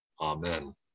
Amen